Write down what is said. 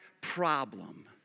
problem